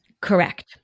Correct